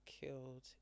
killed